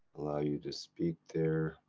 allow you to speak there.